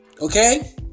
Okay